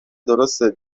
درسته